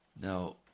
Now